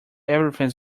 everything